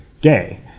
gay